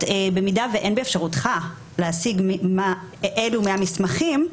ואומר שבמידה ואין באפשרותך להשיג אי אילו מסמכים,